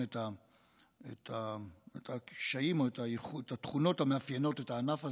את הקשיים או את התכונות המאפיינות את הענף הזה,